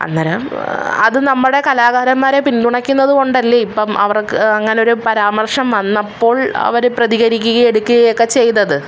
അന്നേരം അത് നമ്മുടെ കലാകാരന്മാരെ പിന്തുണക്കുന്നത് കൊണ്ടല്ലേ ഇപ്പം അവർക്ക് അങ്ങനെയൊരു പരാമർശം വന്നപ്പോൾ അവർ പ്രതികരിക്കുകയും എടുക്കുകയും ഒക്കെ ചെയ്തത്